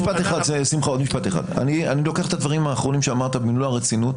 אני לוקח את הדברים האחרונים שאמרת במלוא הרצינות